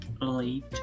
late